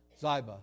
Ziba